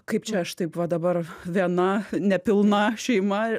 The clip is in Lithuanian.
kaip čia aš taip va dabar viena nepilna šeima